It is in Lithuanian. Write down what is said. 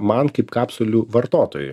man kaip kapsulių vartotojui